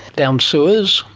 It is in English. down sewers?